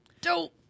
dope